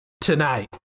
tonight